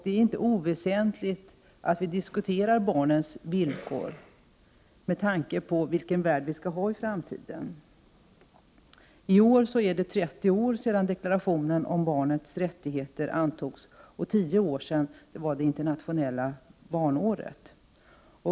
Det är inte oväsentligt att vi diskuterar barnens villkor — det är av stor betydelse för vilken värld vi får i framtiden. I år är det 30 år sedan deklarationen om barnets rättigheter antogs och 10 år sedan det var internationella barnåret.